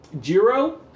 jiro